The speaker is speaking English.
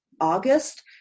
August